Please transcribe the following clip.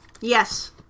Yes